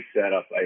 setup